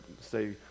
say